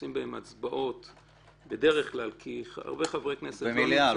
שעושים בהם הצבעות כי הרבה חברי כנסת לא נמצאים -- במליאה,